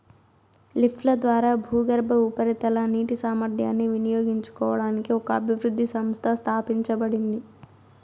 లిఫ్ట్ల ద్వారా భూగర్భ, ఉపరితల నీటి సామర్థ్యాన్ని వినియోగించుకోవడానికి ఒక అభివృద్ధి సంస్థ స్థాపించబడింది